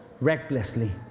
recklessly